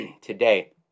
today